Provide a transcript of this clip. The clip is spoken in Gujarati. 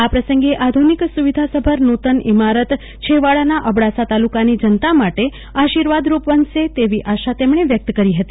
આ પ્રસંગે આધુનિક સુવિધા સભર નુતન ઈમારત છેવાડાના અબડાસા તાલુકાની જનતા માટે આશીર્વાદરૂપ બનશે તેવી આશા તેમણે વ્યક્ત કરી હતી